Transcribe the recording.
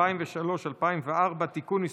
2003 ו-2004) (תיקון מס'